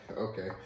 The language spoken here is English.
okay